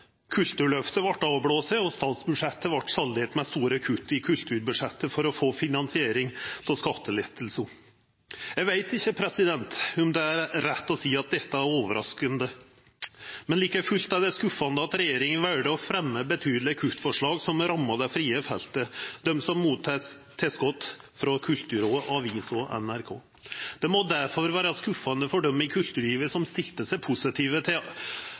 Kulturløftet vart avblåse, og statsbudsjettet vart saldert med store kutt i kulturbudsjettet for å få finansiering av skatteletter. Eg veit ikkje om det er rett å seia at dette er overraskande, men like fullt er det skuffande at regjeringa valde å fremma betydelege kuttforslag som har ramma det frie feltet – dei som mottek tilskott frå Kulturrådet, aviser og NRK. Det må derfor vera skuffande for dei i kulturlivet som stilte seg positive til